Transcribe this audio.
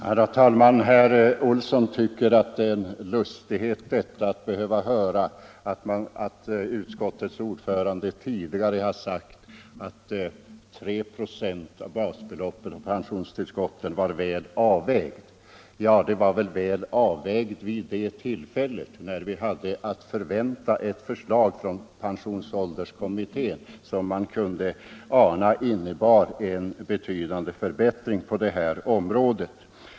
Herr talman! Herr Olsson i Stockholm tycker att det är lustigt att utskottets ordförande tidigare har sagt att 3 96 av basbeloppet var en väl avvägd nivå för pensionstillskotten. Ja, den var väl avvägd vid det tillfället, när vi förväntade förslag från pensionsålderskommittén som man kunde ana skulle innebära en betydande förbättring på det här området.